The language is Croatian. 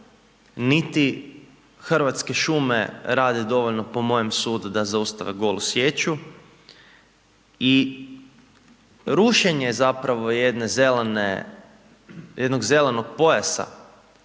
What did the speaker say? niti Hrvatske šume rade dovoljno po mojem sudu da zaustave golu sječu i rušenje zapravo jedne zelene, jednog